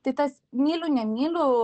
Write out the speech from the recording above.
tai tas myliu nemyliu